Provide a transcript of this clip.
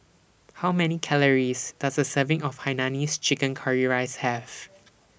How Many Calories Does A Serving of Hainanese Curry Rice Have